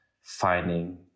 finding